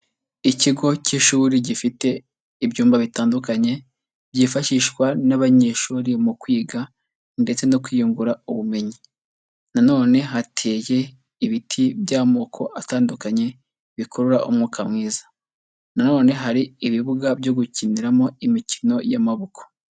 Ikigo cy'ishuri gifite ibyumba bitandukanye byifashishwa n'abanyeshuri mu kwiga ndetse no kwiyungura ubumenyi. Na none hateye ibiti by'amoko atandukanye bikurura umwuka mwiza. Na none hari ibibuga byo gukiniramo imikino y'amaboko.